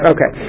Okay